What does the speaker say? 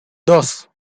dos